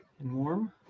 warm